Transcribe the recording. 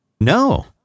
No